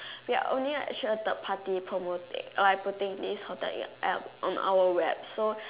we're only actually a third party promoting or like putting this hotel in App on our web so